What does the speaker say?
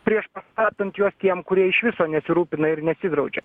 priešpastatant juos tiem kurie iš viso nesirūpina ir nesidraudžia